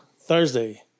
Thursday